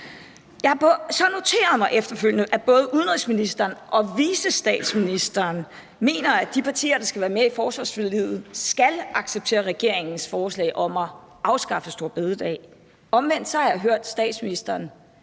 så noteret mig efterfølgende, at både udenrigsministeren og vicestatsministeren mener, at de partier, der vil være med i forsvarsforliget, skal acceptere regeringens forslag om at afskaffe store bededag. Omvendt kan jeg høre i statsministerens